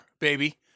baby